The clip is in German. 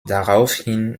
daraufhin